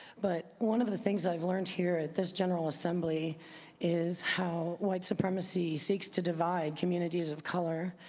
but one of the things i've learned here at this general assembly is how white supremacy seeks to divide communities of color.